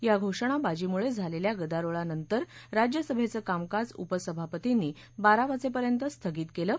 या घोषणाबाजीमुळ आलखा गदारोळानंतर राज्यसभद्द कामकाज उपसभापतींनी बारा वाजर्खित स्थगित कलि